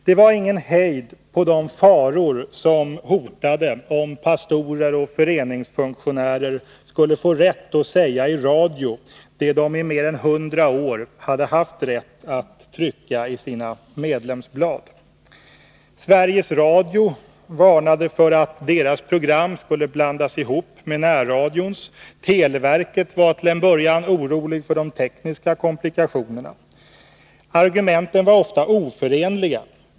Det var ingen hejd på de faror som hotade om pastorer och föreningsfunktionärer skulle få rätt att i radio säga det som de i mer än hundra år hade haft rätt att trycka i sina medlemsblad. Sveriges Radio varnade för att deras program skulle blandas ihop med närradions. Televerket var till en början oroligt för de tekniska komplikationerna. Argumenten var ofta oförenliga.